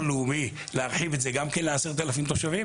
לאומי להרחיב את זה ל-10,000 תושבים.